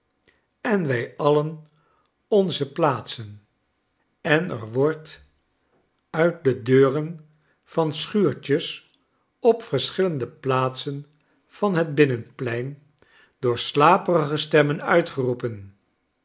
en wij alien onze plaatsen en er wordt uit de deuren van schuurtjes op verschillende plaatsen van het binnenplein door slaperige stemmen uitgeroepen